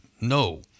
No